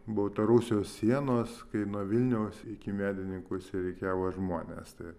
baltarusijos sienos kai nuo vilniaus iki medininkų išsirikiavo žmonės tai